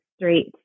straight